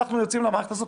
אנחנו יוצאים למערכת הזאת,